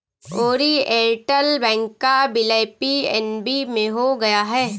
Oriental bank का विलय PNB में हो गया है